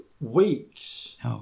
weeks